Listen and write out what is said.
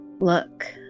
look